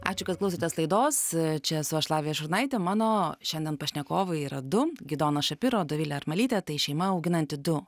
ačiū kad klausotės laidos čia esu aš lavija šurnaitė mano šiandien pašnekovai yra du gidonas šapiro dovilė armalytė tai šeima auginanti du